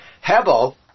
Hebel